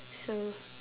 so